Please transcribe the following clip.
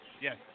Yes